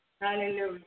Hallelujah